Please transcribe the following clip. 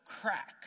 crack